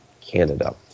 Canada